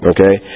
Okay